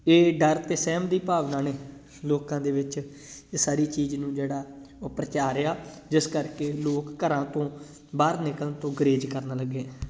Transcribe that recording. ਇਹ ਡਰ ਅਤੇ ਸਹਿਮ ਦੀ ਭਾਵਨਾ ਨੇ ਲੋਕਾਂ ਦੇ ਵਿੱਚ ਇਹ ਸਾਰੀ ਚੀਜ਼ ਨੂੰ ਜਿਹੜਾ ਉਹ ਪ੍ਰਚਾਰਿਆ ਜਿਸ ਕਰਕੇ ਲੋਕ ਘਰਾਂ ਤੋਂ ਬਾਹਰ ਨਿਕਲਣ ਤੋਂ ਗੁਰੇਜ ਕਰਨ ਲੱਗੇ